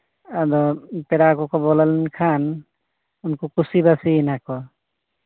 ᱟᱫᱚ ᱯᱮᱲᱟ ᱠᱚᱠᱚ ᱵᱚᱞᱚ ᱞᱮᱱᱠᱷᱟᱱ ᱩᱱᱠᱩ ᱠᱩᱥᱤᱵᱟᱥᱤᱭᱮᱱᱟ ᱠᱚ